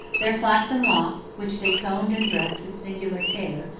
their flaxen locks, which they combed and dressed with singular care,